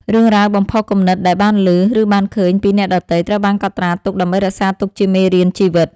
រឿងរ៉ាវបំផុសគំនិតដែលបានឮ ឬបានឃើញពីអ្នកដទៃ ត្រូវបានកត់ត្រាទុកដើម្បីរក្សាទុកជាមេរៀនជីវិត។